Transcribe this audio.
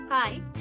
Hi